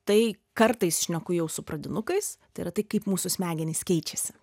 tai kartais šneku jau su pradinukais tai yra tai kaip mūsų smegenys keičiasi